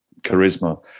charisma